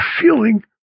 feeling